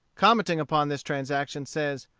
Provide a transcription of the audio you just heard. commenting upon this transaction, says,